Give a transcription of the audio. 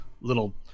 little